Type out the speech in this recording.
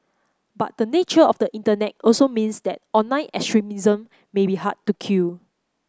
but the nature of the Internet also means that online extremism may be hard to kill